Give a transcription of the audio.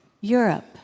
Europe